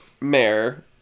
mayor